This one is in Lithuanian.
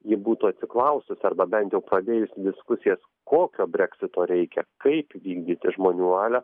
ji būtų atsiklaususi arba bent jau pradėjus diskusijas kokio breksito reikia kaip vykdyti žmonių valią